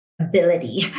ability